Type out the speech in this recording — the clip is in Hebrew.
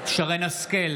שרן מרים השכל,